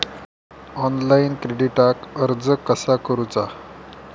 Online क्रेडिटाक अर्ज कसा करुचा?